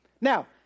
Now